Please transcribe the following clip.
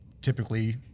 typically